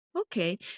Okay